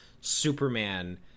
Superman